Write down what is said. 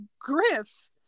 Griff